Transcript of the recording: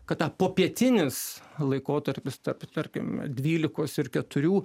kad tą popietinis laikotarpis tarp tarkim dvylikos ir keturių